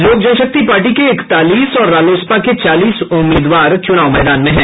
लोक जनशक्ति पार्टी के इकतालीस और रालोसपा के चालीस उम्मीदवार चुनाव मैदान में हैं